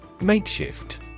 Makeshift